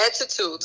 attitude